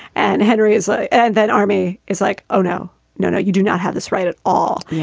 and henry is ah and that army is like, oh, no, no, no, you do not have this right at all. yeah.